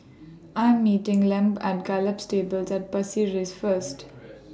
I Am meeting Lem At Gallop Stables At Pasir Ris First